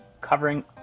covering